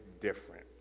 different